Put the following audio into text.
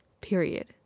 period